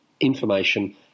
information